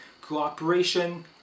cooperation